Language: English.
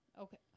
Okay